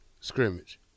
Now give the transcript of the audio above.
scrimmage